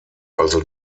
also